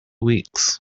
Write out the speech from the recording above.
weeks